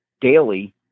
daily